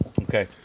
Okay